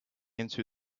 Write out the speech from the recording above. into